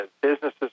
businesses